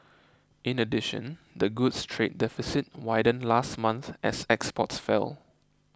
in addition the goods trade deficit widened last month as exports fell